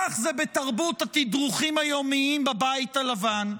כך זה בתרבות התדרוכים היומיים בבית הלבן,